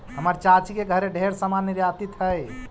हमर चाची के घरे ढेर समान निर्यातित हई